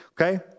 okay